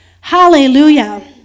Hallelujah